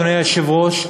אדוני היושב-ראש,